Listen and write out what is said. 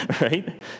Right